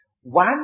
One